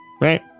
Right